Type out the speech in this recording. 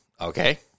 okay